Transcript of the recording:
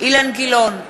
אילן גילאון,